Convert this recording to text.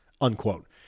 unquote